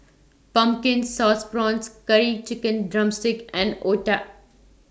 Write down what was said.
Pumpkin Sauce Prawns Curry Chicken Drumstick and Otah